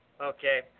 okay